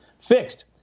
fixed